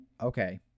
Okay